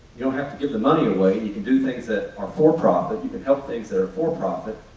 don't have to give the money away, and you can do things that are for-profit, you can help things that are for-profit,